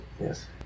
Yes